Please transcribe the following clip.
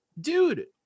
dude